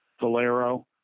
Valero